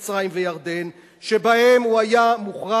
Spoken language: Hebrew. עם מצרים וירדן שבהן הוא היה מוחרם,